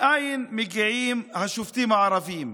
מאין מגיעים השופטים הערבים?